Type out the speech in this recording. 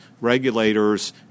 regulators